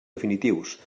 definitius